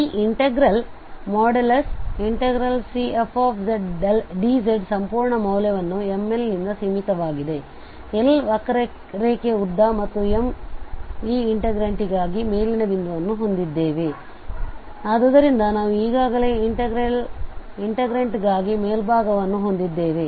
ಆದ್ದರಿಂದ ಈ integral Cfzdz ಸಂಪೂರ್ಣ ಮೌಲ್ಯವನ್ನು ML ನಿಂದ ಸೀಮಿತವಾಗಿದೆ L ವಕ್ರರೇಖೆಯ ಉದ್ದ ಮತ್ತು M ಈ ಇಂಟಿಗ್ರೇಂಟ್ಗಾಗಿ ಮೇಲಿನ ಬಿಂದುವನ್ನು ಹೊಂದಿದೆ ಆದ್ದರಿಂ ದ ನಾವು ಈಗಾಗಲೇ ಇಂಟಿಗ್ರೇಂಟ್ಗಾಗಿ ಮೇಲ್ಭಾಗವನ್ನು ಹೊಂದಿದ್ದೇವೆ